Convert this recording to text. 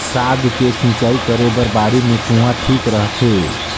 साग के सिंचाई करे बर बाड़ी मे कुआँ ठीक रहथे?